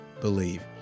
believe